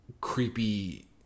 creepy